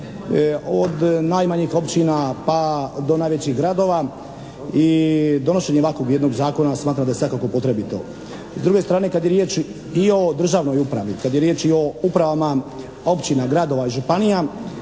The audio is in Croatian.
od najmanjih općina pa do najvećih gradova i donošenje ovakvog jednog zakona smatram da je svakako potrebito. S druge strane kada je riječ i o državnoj upravi, kad je riječ i o upravama općina, gradova i županija,